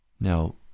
Now